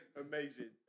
Amazing